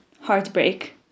heartbreak